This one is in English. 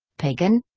pagan?